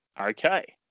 okay